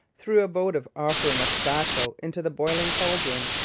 threw a votive offering of tobacco into the boiling cauldron,